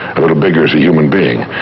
a little bigger as a human being,